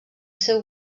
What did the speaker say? seu